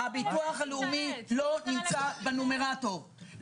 בטיחות וגיהות לא,